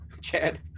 Chad